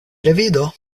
revido